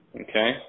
okay